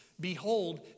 Behold